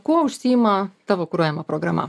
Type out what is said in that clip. kuo užsiima tavo kuruojama programa